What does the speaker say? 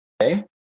Okay